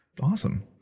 awesome